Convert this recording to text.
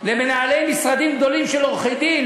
למנהלי משרדים גדולים של עורכי-דין,